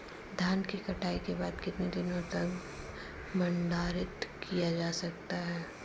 धान की कटाई के बाद कितने दिनों तक भंडारित किया जा सकता है?